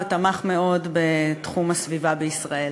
ותמך מאוד בתחום הסביבה בישראל.